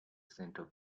centre